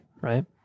Right